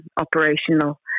operational